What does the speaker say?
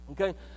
Okay